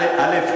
א.